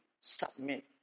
submit